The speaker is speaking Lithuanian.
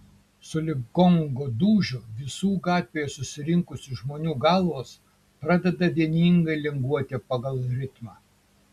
sulig gongo dūžiu visų gatvėje susirinkusių žmonių galvos pradeda vieningai linguoti pagal ritmą